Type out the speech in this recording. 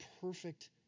perfect